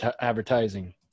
advertising